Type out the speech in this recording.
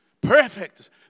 perfect